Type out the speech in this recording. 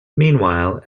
meanwhile